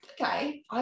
okay